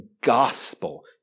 gospel